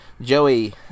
Joey